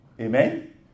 Amen